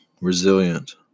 resilient